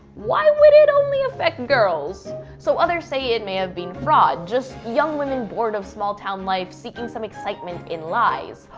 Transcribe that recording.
why would it only affect girls? so others say it may have been fraud. just young women bored of small town life, seeking some excitement in lies.